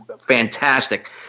fantastic